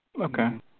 Okay